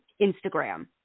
Instagram